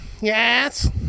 Yes